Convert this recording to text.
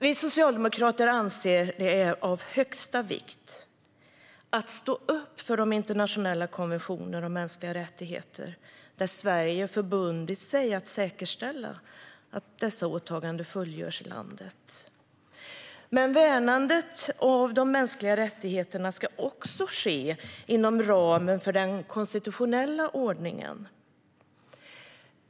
Vi socialdemokrater anser att det är av största vikt att stå upp för de internationella konventioner om mänskliga rättigheter där Sverige har förbundit sig att säkerställa att dessa åtaganden fullgörs i landet. Men värnandet av de mänskliga rättigheterna ska också ske inom ramen för den konstitutionella ordningen.